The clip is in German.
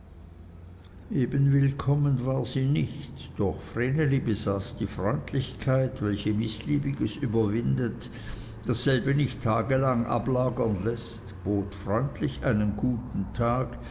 eben willkommen war sie nicht doch vreneli besaß die freundlichkeit welche mißliebiges überwindet dasselbe nicht tagelang ablagern läßt bot freundlich einen guten tag